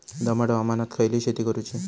दमट हवामानात खयली शेती करूची?